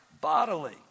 bodily